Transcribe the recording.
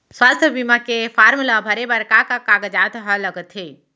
स्वास्थ्य बीमा के फॉर्म ल भरे बर का का कागजात ह लगथे?